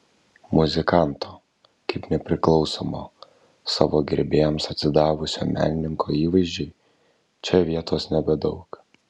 muzikanto kaip nepriklausomo savo gerbėjams atsidavusio menininko įvaizdžiui čia vietos nebedaug